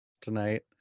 tonight